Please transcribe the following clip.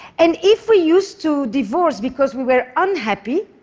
and if we used to divorce because we were unhappy,